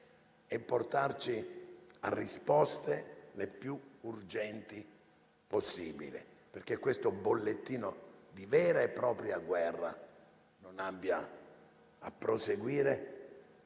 e portarci a risposte le più urgenti possibili, perché il bollettino di vera e propria guerra non abbia a proseguire